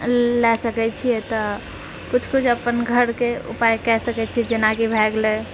लए सकै छियै तऽ कुछ कुछ अपन घरके उपाय कए सकैत छियै जेनाकि भए गेलय